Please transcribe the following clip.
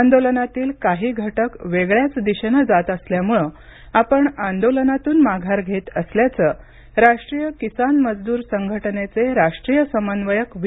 आंदोलनातील काही घटक वेगळ्याच दिशेनं जात असल्यामुळे आपण आंदोलनातून माघार घेत असल्याचं राष्ट्रीय किसान मजदूर संघटनेचे राष्ट्रीय समन्वयक वी